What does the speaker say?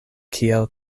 kiel